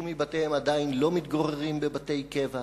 מבתיהם עדיין לא מתגוררים בבתי קבע,